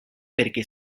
perquè